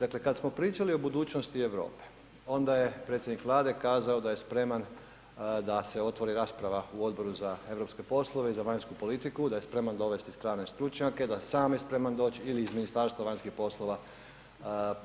Dakle, kad smo pričali o budućnosti Europe, onda je predsjednik Vlade kazao da je spreman da se otvori rasprava u Odboru za europske poslove i za vanjsku politiku, da je spreman dovesti strane stručnjake da sam je spreman doći ili iz Ministarstva vanjskih poslova